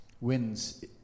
wins